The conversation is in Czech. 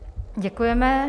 Děkujeme.